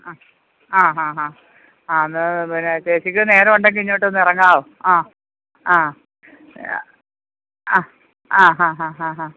ആ ഹാ ഹാ ആ എന്നാൽ പിന്നെ ചേച്ചിക്ക് നേരം ഉണ്ടെങ്കിൽ ഇഞ്ഞോട്ടൊന്ന് ഇറങ്ങാവോ ആ ആ ആ ഹാ ഹാ ഹാ